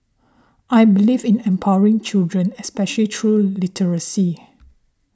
I believe in empowering children especially through literacy